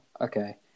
Okay